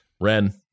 Ren